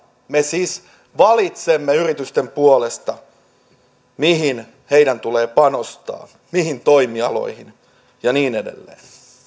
me siis valitsemme yritysten puolesta mihin heidän tulee panostaa mihin toimialoihin ja niin edelleen